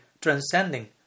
transcending